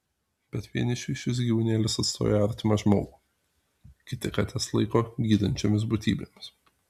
bet vienišiui šis gyvūnėlis atstoja artimą žmogų kiti kates laiko gydančiomis būtybėmis